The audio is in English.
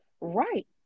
Right